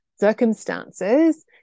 circumstances